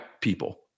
people